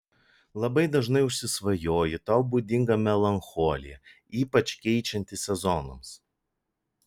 labai dažnai užsisvajoji tau būdinga melancholija ypač keičiantis sezonams